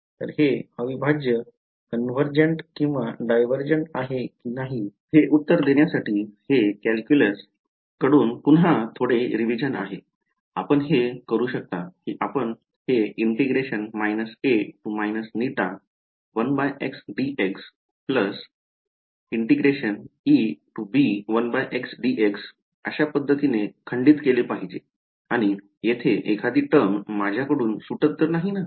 तर हे अविभाज्य कन्व्हर्जेन्ट किंवा डायव्हर्जंट आहे की नाही हे उत्तर देण्यासाठी हे कॅल्क्युलस कडून पुन्हा थोडे रिविजन आहे आपण हे करू शकता की आपण हे अशा पद्धतीने खंडित केले पाहिजे आणि येथे एखादी टर्म माझ्याकडून सुटत तर नाही ना